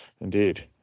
indeed